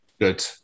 Good